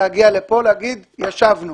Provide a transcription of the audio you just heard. להגיע לפה ולהגיד: ישבנו.